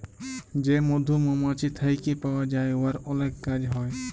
যে মধু মমাছি থ্যাইকে পাউয়া যায় উয়ার অলেক কাজ হ্যয়